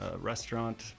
restaurant